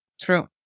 True